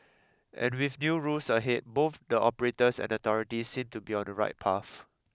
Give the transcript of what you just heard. and with new rules ahead both the operators and authorities seem to be on the right path